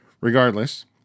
Regardless